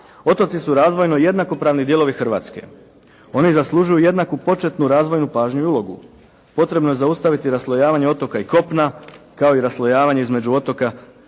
Otoci su razvojno jednakopravni dijelovi Hrvatske. Oni zaslužuju jednaku početnu razvojnu pažnju i ulogu. Potrebno je zaustaviti raslojavanje otoka i kopna, kao i raslojavanje između otoka,